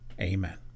Amen